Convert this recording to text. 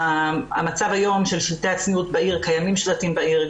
המצב היום לגבי שלטי הצניעות בעיר - קיימים בעיר שלטים,